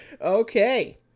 Okay